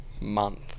month